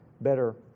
better